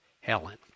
Helen